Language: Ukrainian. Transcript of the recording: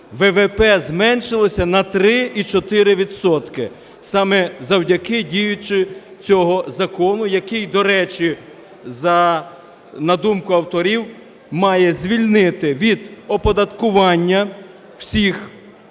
ВВП зменшилося на 3,4 відсотка саме завдяки дії цього закону, який до речі, на думку авторів, мав звільнити від оподаткування всіх